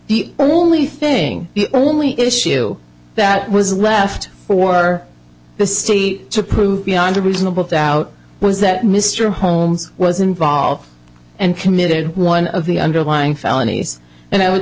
the only thing the only issue that was left for the state to prove beyond a reasonable doubt was that mr holmes was involved and committed one of the underlying felonies and i would